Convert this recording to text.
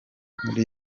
muri